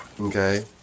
Okay